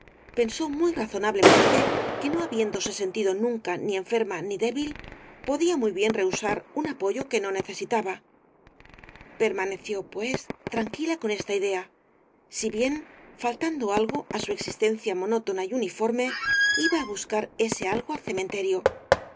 pensó muy razonablemente que no habiéndose sentido nunca ni enferma ni débil podía muy bien rehusar un apoyo que no necesitaba permaneció pues tranquila con esta idea si bien faltando algo á su existencia monótona y uniforme iba á buscar ese algo al cementerio